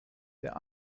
der